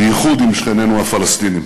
בייחוד עם שכנינו הפלסטינים.